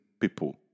people